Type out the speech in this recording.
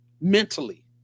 mentally